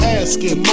asking